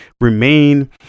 remain